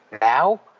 Now